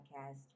podcast